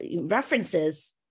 references